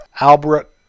Albert